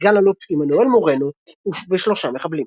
סא"ל עמנואל מורנו ו-3 מחבלים.